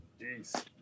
Jeez